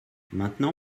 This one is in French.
maintenant